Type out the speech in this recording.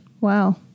Wow